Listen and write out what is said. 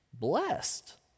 Blessed